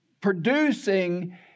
producing